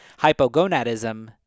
hypogonadism